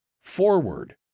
Forward